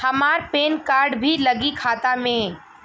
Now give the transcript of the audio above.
हमार PAN card भी लगी खाता में?